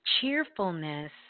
cheerfulness